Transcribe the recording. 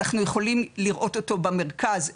אנחנו יכולים לראות אותו במרכז,